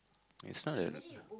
is not the